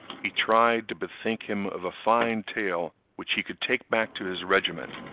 he tried to bethink him of a fine tale which he could take back to his regiment,